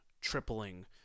tripling